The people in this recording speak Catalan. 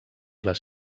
les